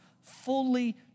fully